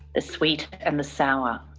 the sweet and the sour?